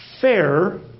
fair